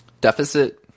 Deficit